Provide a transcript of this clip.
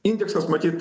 indeksas matyt